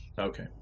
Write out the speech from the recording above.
okay